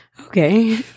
Okay